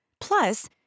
Plus